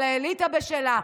אבל האליטה בשלה.